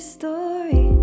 story